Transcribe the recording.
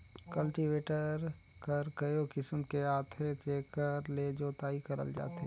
cultivator हर कयो किसम के आथे जेकर ले जोतई करल जाथे